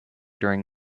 during